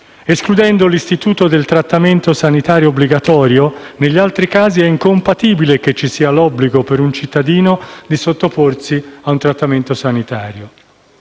Escludendo l'istituto del trattamento sanitario obbligatorio, negli altri casi è escluso che vi sia l'obbligo per un cittadino di sottoporsi a un trattamento sanitario.